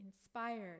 inspired